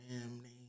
Family